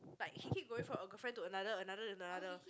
like he keep going from a girlfriend to another another and another